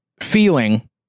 feeling